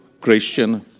Christian